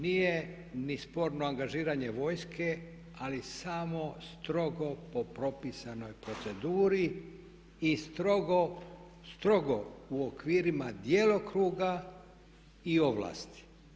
Nije ni sporno angažiranje vojske, ali samo strogo po propisanoj proceduri i strogo, strogo u okvirima djelokruga i ovlasti.